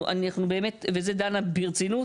אנחנו באמת, וזה, דנה, ברצינות,